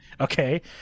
okay